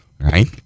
right